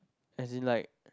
as in like